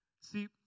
See